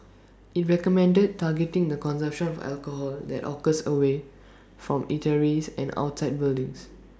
IT recommended targeting the consumption of alcohol that occurs away from eateries and outside buildings